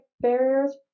barriers